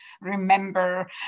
remember